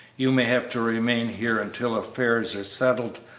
you may have to remain here until affairs are settled,